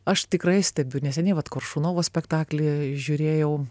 aš tikrai stebiu neseniai vat koršunovo spektaklį žiūrėjau